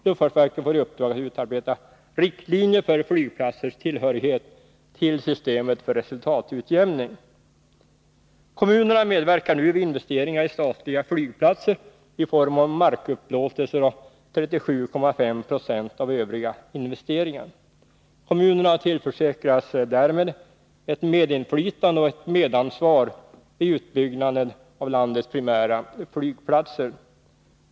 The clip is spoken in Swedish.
Luftfartsverket får i uppdrag att utarbeta riktlinjer för flygplatsers tillhörighet till systemet för resultatutjämning. Kommunerna medverkar nu vid investeringar i statliga flygplatser i form av markupplåtelser och genom att stå för 37,5 76 av övriga investeringar. Kommunerna tillförsäkras därmed ett medinflytande och ett medansvar vid utbyggnaden av landets primära flygplatser.